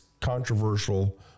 controversial